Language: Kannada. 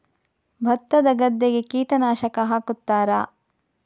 ಭತ್ತದ ಗದ್ದೆಗೆ ಕೀಟನಾಶಕ ಹಾಕುತ್ತಾರಾ?